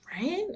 Right